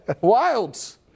wilds